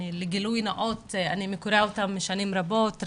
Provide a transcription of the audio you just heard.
גילוי נאות, אני מכירה אותם שנים רבות.